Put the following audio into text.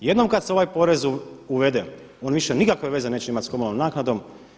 Jednom kada se ovaj porez uvede on više nikakve veze neće imati sa komunalnom naknadom.